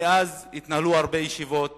מאז התנהלו הרבה ישיבות